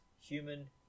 human